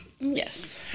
Yes